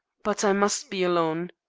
but i must be alone.